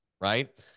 right